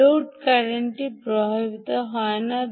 load current প্রভাবিত নয়